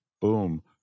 boom